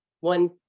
one